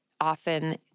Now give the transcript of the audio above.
often